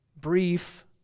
Brief